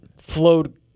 flowed